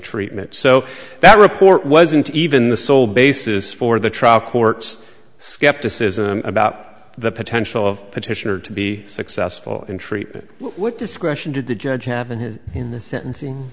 treatment so that report wasn't even the sole basis for the trial court's skepticism about the potential of petitioner to be successful in treatment with discretion to the judge happened in the sentencing